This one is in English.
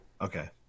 Okay